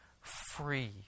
free